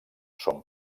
són